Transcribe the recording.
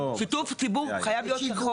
שיתוף הציבור חייב להיות.